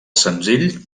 senzill